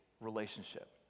relationship